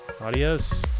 adios